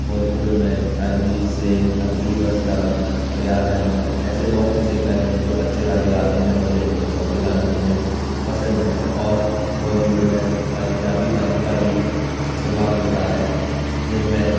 बॉलीवुड में Arijit Singh Atif Aslam A R Rahman ऐसे बहुत से सिंगर हैं जो अच्छे गाने गाते हैं मुझे उन सब के गाने सुनने पसंद हैं और बॉलीवुड में पंजाबी गाने का भी इस्तेमाल होता है जिन में